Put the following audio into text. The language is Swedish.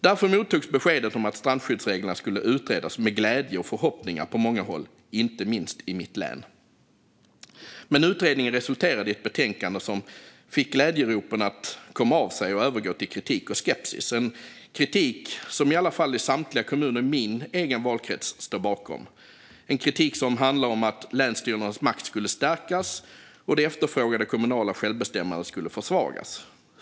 Därför mottogs beskedet om att strandskyddsreglerna skulle utredas med glädje och förhoppningar på många håll, inte minst i mitt län. Men utredningen resulterade i ett betänkande som fick glädjeropen att komma av sig och övergå till kritik och skepsis - en kritik som i alla fall samtliga kommuner i min valkrets står bakom. Det är en kritik som handlar om att länsstyrelsernas makt skulle stärkas och det efterfrågade kommunala självbestämmandet skulle försvagas.